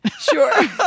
Sure